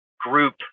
group